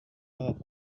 off